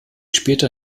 später